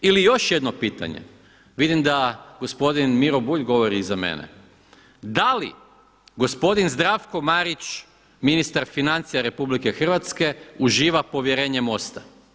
Ili još jedno pitanje, vidim da gospodin Miro Bulj govori iza mene, da li gospodin Zdravko Marić ministar financija RH uživa povjerenje MOST-a?